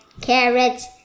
carrots